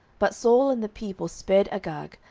but saul and the people spared agag,